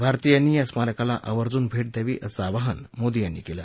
भारतीयांनी या स्मारकाला आवर्जून भेट द्यावी असं आवाहन मोदी यांनी केलं